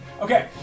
Okay